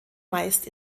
meist